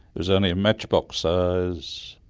it was only matchbox-sized.